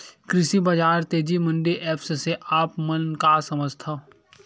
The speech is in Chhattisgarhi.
कृषि बजार तेजी मंडी एप्प से आप मन का समझथव?